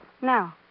No